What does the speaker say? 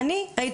הרי